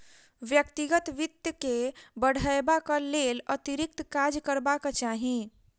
व्यक्तिगत वित्त के बढ़यबाक लेल अतिरिक्त काज करबाक चाही